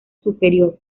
superior